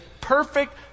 perfect